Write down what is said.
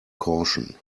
caution